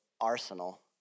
arsenal